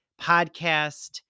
podcast